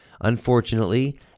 Unfortunately